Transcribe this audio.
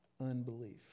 unbelief